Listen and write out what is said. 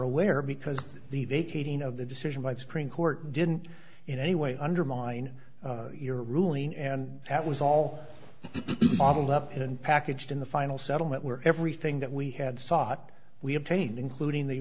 aware because the they kading of the decision by the supreme court didn't in any way undermine your ruling and that was all modeled up in and packaged in the final settlement where everything that we had sought we obtained including the